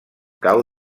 cau